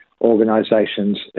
organisations